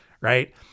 Right